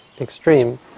extreme